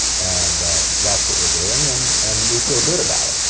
and that's what we're doing, and and we feel good about it.